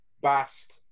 Bast